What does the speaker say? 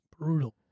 Brutal